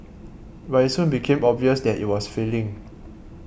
but it soon became obvious that it was failing